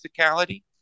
physicality